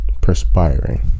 Perspiring